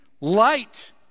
light